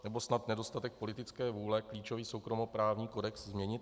Nebo snad nedostatek politické vůle klíčový soukromoprávní kodex změnit?